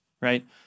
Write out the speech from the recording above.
right